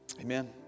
Amen